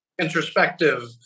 introspective